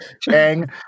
Chang